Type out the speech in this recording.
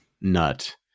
nut